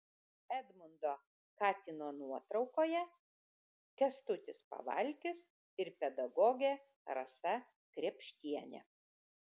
edmundo katino nuotraukoje kęstutis pavalkis ir pedagogė rasa krėpštienė